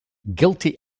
guilty